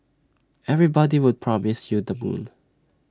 everybody would promise you the moon